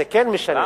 זה כן משנה.